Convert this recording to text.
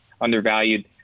undervalued